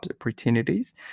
opportunities